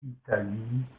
italie